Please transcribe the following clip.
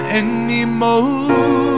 anymore